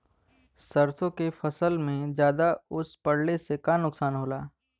सरसों के फसल मे ज्यादा ओस पड़ले से का नुकसान होला?